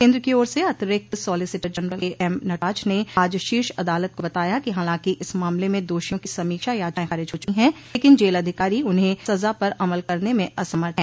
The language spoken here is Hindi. केन्द्र की ओर से अतिरिक्त सॉलिसिटर जनरल के एम नटराज ने आज शीर्ष अदालत को बताया कि हालांकि इस मामले में दोषियों की समीक्षा याचिकाएं खारिज हो चुकी हैं लेकिन जेल अधिकारी उन्हें सजा पर अमल करने में असमर्थ हैं